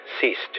ceased